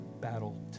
battle